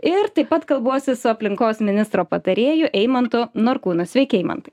ir taip pat kalbuosi su aplinkos ministro patarėju eimantu norkūnu sveiki eimantai